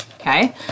Okay